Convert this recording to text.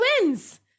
wins